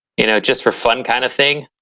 you know, just for fun kind of thing,